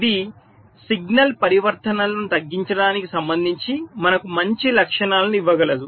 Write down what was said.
ఇది సిగ్నల్ పరివర్తనలను తగ్గించడానికి సంబంధించి మనకు మంచి లక్షణాలను ఇవ్వగలదు